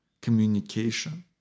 communication